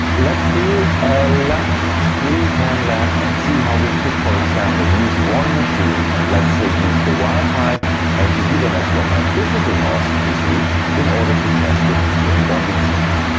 let's do a last screen cam lab and see how we could for example use one machine and let's say use the wifi and the ethernet from my physical host pc in order to test the vpn bonding stuff.